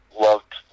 loved